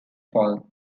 poll